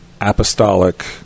apostolic